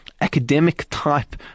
academic-type